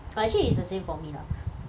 but actually it's the same for me lah